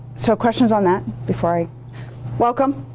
so questions on that before i welcome.